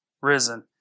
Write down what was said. risen